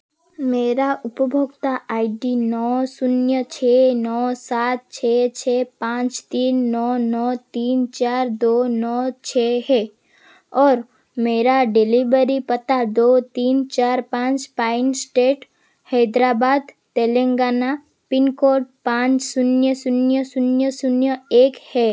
मेरा उपभोक्ता I D नौ शून्य छः नौ सात छः छः पाँच तीन नौ नौ तीन चार दो नौ छः है और मेरा डिलिबरी पता दो तीन चार पाँच pine state Hyderabad Telangana pin code पाँच शून्य शून्य शून्य शून्य एक है